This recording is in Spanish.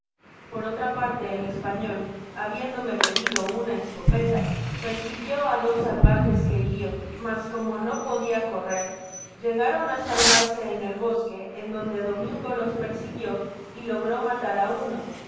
por otra parte el español habiéndome pedido una escopeta persiguió á dos salvajes que hirió mas como no podia correr llegaron á salvarse en el bosque en donde domingo los persiguió y logró matar á uno el